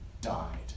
died